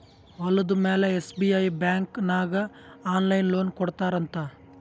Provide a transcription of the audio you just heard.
ಹೊಲುದ ಮ್ಯಾಲ SBI bank ನಾಗ್ ಆನ್ಲೈನ್ ಲೋನ್ ಕೊಡ್ತಾರ್ ಅಂತ್